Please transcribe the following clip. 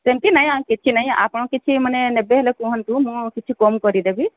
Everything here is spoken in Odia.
ସେମିତି ନାଇଁ କିଛି ନାଇଁ ଆପଣ କିଛି ମାନେ ନେବେ ହେଲେ କୁହନ୍ତୁ ମୁଁ କିଛି କମ୍ କରିଦେବି